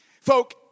folk